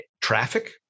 traffic